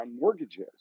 mortgages